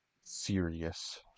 serious